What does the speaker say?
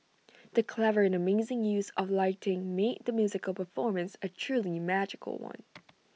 the clever and amazing use of lighting made the musical performance A truly magical one